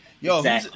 yo